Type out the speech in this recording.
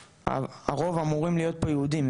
הרוב אמורים להיות פה יהודים,